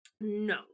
No